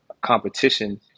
competition